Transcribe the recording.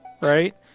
right